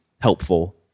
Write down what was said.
helpful